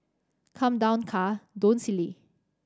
come down car don't silly